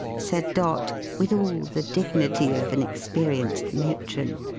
said dot, with all the dignity of an experienced matron.